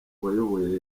wayoboye